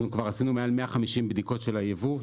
אנחנו כבר עשינו מעל ל-150 בדיקות של היבוא,